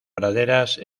praderas